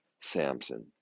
Samson